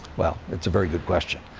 well it's a very good question.